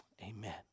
Amen